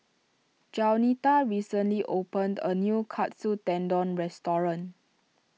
Jaunita recently opened a new Katsu Tendon restaurant